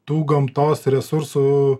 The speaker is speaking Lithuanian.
tų gamtos resursų